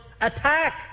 Attack